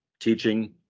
teaching